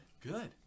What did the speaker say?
Good